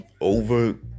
Over